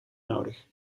nodig